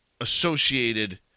associated